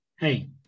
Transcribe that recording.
Hey